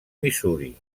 missouri